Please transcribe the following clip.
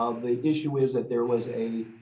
ah the issue is that there was a.